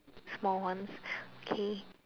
small ones okay